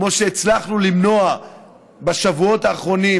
כמו שהצלחנו למנוע בשבועות האחרונים,